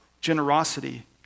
generosity